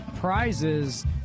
prizes